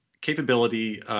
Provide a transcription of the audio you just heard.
capability –